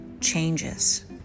changes